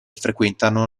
frequentano